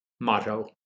motto